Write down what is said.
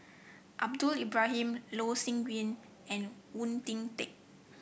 Ahmad Ibrahim Loh Sin Yun and Oon Jin Teik